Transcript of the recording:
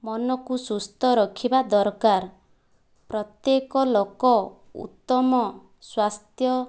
ମନକୁ ସୁସ୍ଥ ରଖିବା ଦରକାର ପ୍ରତ୍ୟେକ ଲୋକ ଉତ୍ତମ ସ୍ୱାସ୍ଥ୍ୟ